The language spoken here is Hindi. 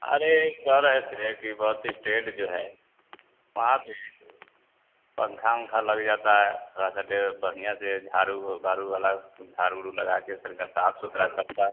अरे कह रहे थे कि बस इस्टैन्ड जो है वहाँ पर पंखा ओखा लग जाता थोड़ा सा बढ़ियाँ से झाड़ू बारू वाला झाड़ू ओरू लगा के तनिक सा साफ़ सुथरा करता